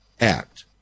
act